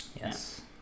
Yes